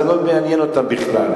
זה לא מעניין אותם בכלל.